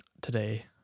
today